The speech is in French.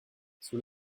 sous